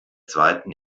zweiten